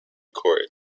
court